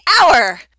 hour